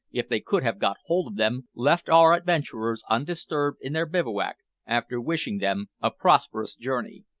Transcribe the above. if they could have got hold of them, left our adventurers undisturbed in their bivouac, after wishing them a prosperous journey.